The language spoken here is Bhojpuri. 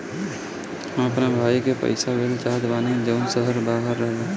हम अपना भाई के पइसा भेजल चाहत बानी जउन शहर से बाहर रहेला